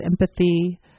Empathy